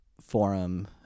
forum